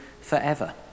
forever